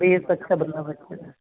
base ਅੱਛਾ ਬਣਿਆ ਬੱਚੇ ਦਾ